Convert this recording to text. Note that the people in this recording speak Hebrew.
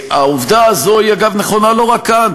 העובדה הזו היא, אגב, נכונה לא רק כאן.